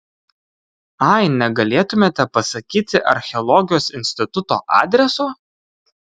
ai negalėtumėte pasakyti archeologijos instituto adreso